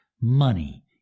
Money